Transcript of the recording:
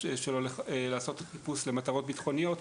שלו לעשות את החיפוש למטרות ביטחוניות,